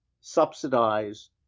subsidize